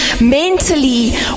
mentally